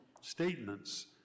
statements